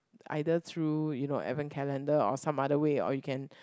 either through you know event calendar or some other way or you can